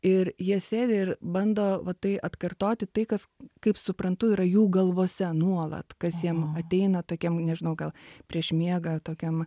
ir jie sėdi ir bando va tai atkartoti tai kas kaip suprantu yra jų galvose nuolat kas jiem ateina tokiam nežinau gal prieš miegą tokiam